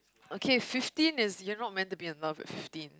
okay fifteen is you're not meant to be in love at fifteen